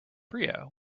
priya